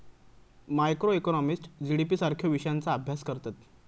macroeconomist GDP सारख्यो विषयांचा अभ्यास करतत